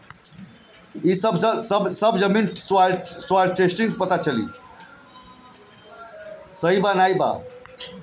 एसे पता चल जाला की हिसाब में काथी काथी बा